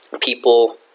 people